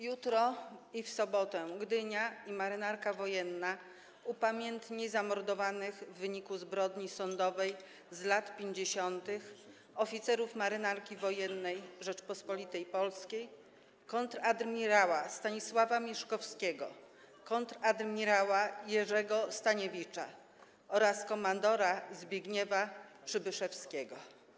Jutro i w sobotę Gdynia i Marynarka Wojenna upamiętnią zamordowanych w wyniku zbrodni sądowej z lat 50. oficerów Marynarki Wojennej Rzeczypospolitej Polskiej: kontradmirała Stanisława Mieszkowskiego, kontradmirała Jerzego Staniewicza oraz komandora Zbigniewa Przybyszewskiego.